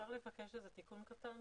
אפשר לבקש תיקון קטן?